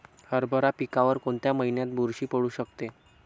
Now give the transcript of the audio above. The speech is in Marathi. हरभरा पिकावर कोणत्या महिन्यात बुरशी पडू शकते?